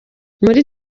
muri